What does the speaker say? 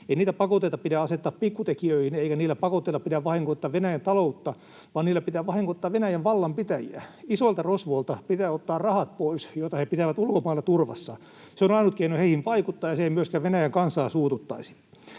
ei niitä pakotteita pidä asettaa pikkutekijöihin eikä niillä pakotteilla pidä vahingoittaa Venäjän taloutta, vaan niillä pitää vahingoittaa Venäjän vallanpitäjiä. Isoilta rosvoilta pitää ottaa pois rahat, joita he pitävät ulkomailla turvassa. Se on ainut keino heihin vaikuttaa, ja se ei myöskään Venäjän kansaa suututtaisi.